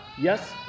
Yes